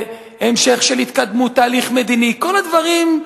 והמשך של התקדמות תהליך מדיני, כל הדברים.